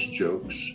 jokes